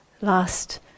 last